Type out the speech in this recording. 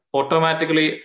automatically